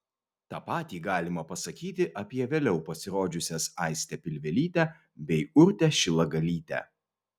tą patį galima pasakyti apie vėliau pasirodžiusias aistę pilvelytę bei urtę šilagalytę